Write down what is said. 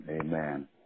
Amen